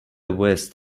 vest